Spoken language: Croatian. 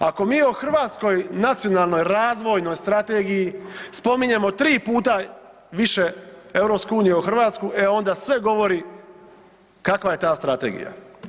Ako mi o hrvatskoj Nacionalnoj razvojnoj strategiji spominjemo 3 puta više EU o Hrvatsku, e onda sve govori kakva je ta Strategija.